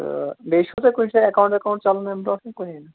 تہٕ بیٚیہِ چھُو تۄہہِ کُنہِ جایہِ ایٚکاونٹ ویٚکاونٹ چلان امہِ برۄنٛہہ کِنہٕ کُنی نہٕ